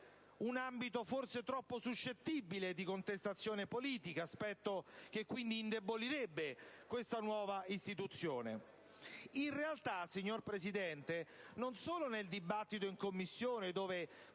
un ambito forse troppo suscettibile di contestazione politica, aspetto che quindi indebolirebbe questa nuova istituzione. In realtà, signor Presidente, non solo nel dibattito in Commissione, dove